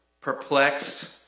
perplexed